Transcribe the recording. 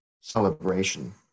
celebration